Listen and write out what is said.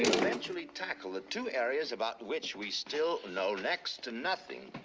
eventually tackle the two areas about which we still know next to nothing.